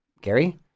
Gary